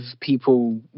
people